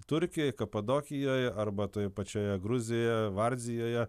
turkijoj kapadokijoj arba toje pačioje gruzijoje varzijoje